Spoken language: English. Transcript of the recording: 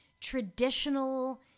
traditional